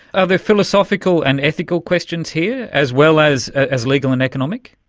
are there philosophical and ethical questions here as well as as legal and economic?